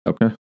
Okay